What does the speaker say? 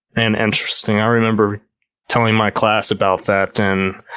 and interesting. i remember telling my class about that, and